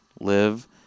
live